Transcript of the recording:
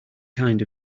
kind